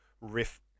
riff